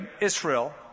Israel